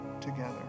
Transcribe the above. Together